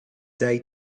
day